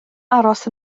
aros